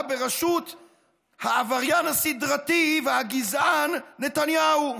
ברשות העבריין הסדרתי והגזען נתניהו.